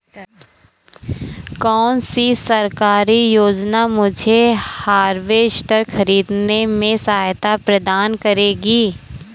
कौन सी सरकारी योजना मुझे हार्वेस्टर ख़रीदने में सहायता प्रदान करेगी?